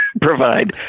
provide